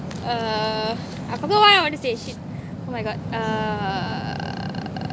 uh I forgot what I want to say shit oh my god uh